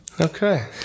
okay